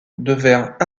devinrent